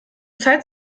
zeit